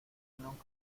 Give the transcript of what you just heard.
nunca